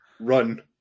run